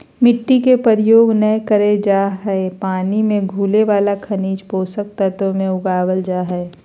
मिट्टी के प्रयोग नै करल जा हई पानी मे घुले वाला खनिज पोषक तत्व मे उगावल जा हई